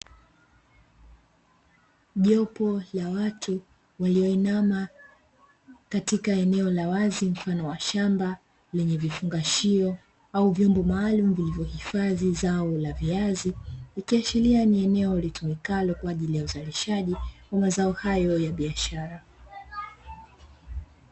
Jopo la watu walioinama katika eneo la wazi mfano wa shamba, lenye vifungashio au vyombo maalumu vilivyohifadhi zao la viazi, ikiaashiria ni eneo litumikalo kwa ajili ya uzalishaji wa mazao hayo ya biashara.